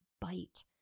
bite